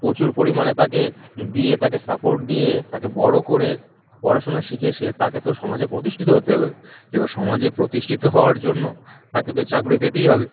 প্রচুর পরিমাণে তাকে দিয়ে তাকে সাপোর্ট দিয়ে তাকে বড়ো করে পড়াশুনো শিখে সে তাকে তো সমাজে প্রতিষ্ঠিত হতে হবে এবার সমাজে প্রতিষ্ঠিত হওয়ার জন্য তাকে তো চাকরি পেতেই হবে